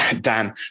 Dan